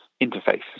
interface